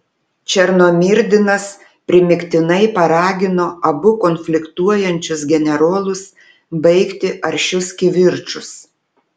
černomyrdinas primygtinai paragino abu konfliktuojančius generolus baigti aršius kivirčus